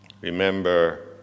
Remember